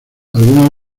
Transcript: algunas